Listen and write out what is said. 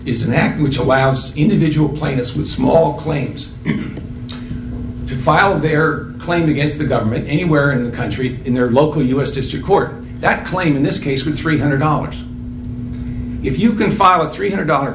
is an act which alas individual plays with small claims filed their claims against the government anywhere in the country in their local u s district court that claim in this case with three hundred dollars if you can file a three hundred dollar